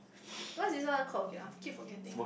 what's this one called again ah I keep forgetting